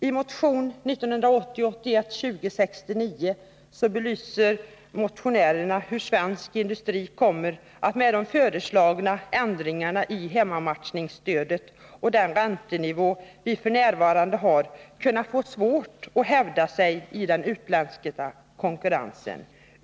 I motion 1980/81:2069 belyser motionärerna hur svensk industri med de föreslagna ändringarna i hemmamatchningsstödet och den räntenivå vi f. n. har kan komma att få svårt att hävda sig i den utländska konkurrensen.